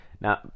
Now